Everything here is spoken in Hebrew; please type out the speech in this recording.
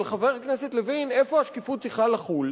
אבל, חבר הכנסת לוין, איפה השקיפות צריכה לחול?